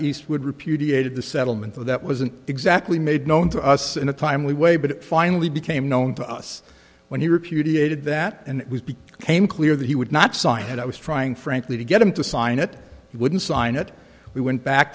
eastwood repudiated the settlement of that wasn't exactly made known to us in a timely way but it finally became known to us when he reputed that and came clear that he would not sign and i was trying frankly to get him to sign it wouldn't sign it we went back